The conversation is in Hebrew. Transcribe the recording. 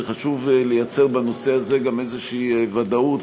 וחשוב לייצר בנושא הזה גם איזושהי ודאות,